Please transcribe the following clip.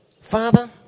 Father